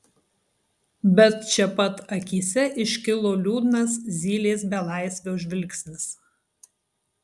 bet čia pat akyse iškilo liūdnas zylės belaisvio žvilgsnis